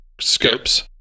Scopes